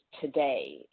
today